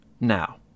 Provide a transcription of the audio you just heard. Now